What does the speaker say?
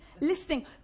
Listening